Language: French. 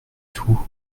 tout